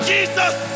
Jesus